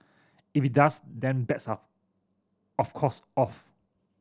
if it does then bets up of course off